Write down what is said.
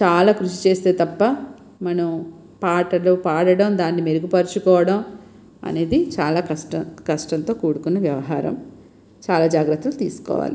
చాలా కృషి చేస్తే తప్ప మనం పాటలు పాడడం దానిని మెరుగు పరచుకోవడం అనేది చాలా కష్టం కష్టంతో కూడుకున్న వ్యవహారం చాలా జాగ్రత్తలు తీసుకోవాలి